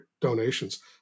donations